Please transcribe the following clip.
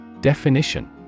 Definition